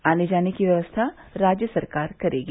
आने जाने की व्यवस्था राज्य सरकार करेगी